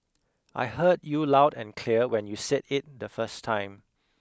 I heard you loud and clear when you said it the first time